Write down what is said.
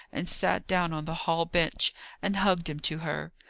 and sat down on the hall bench and hugged him to her.